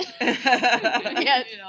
Yes